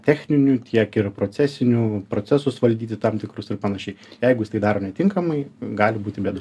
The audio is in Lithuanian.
techninių tiek ir procesinių procesus valdyti tam tikrus ir panašiai jeigu jis tai daro netinkamai gali būti bėdų